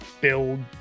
build